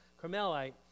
Carmelite